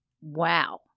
Wow